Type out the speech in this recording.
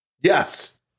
Yes